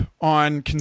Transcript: on